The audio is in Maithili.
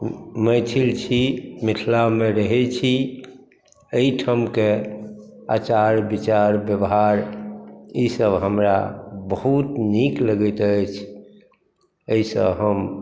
मैथिल छी मिथिलामे रहैत छी एहिठामके आचार विचार व्यवहार ई सभ हमरा बहुत नीक लगैत अछि एहिसँ हम